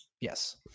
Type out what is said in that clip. Yes